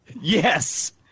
Yes